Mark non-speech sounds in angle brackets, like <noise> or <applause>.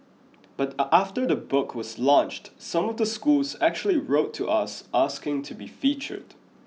but <unintelligible> after the book was launched some of the schools actually wrote to us asking to be featured